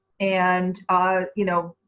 and you know,